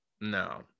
no